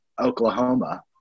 Oklahoma